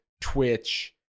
Twitch